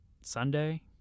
Sunday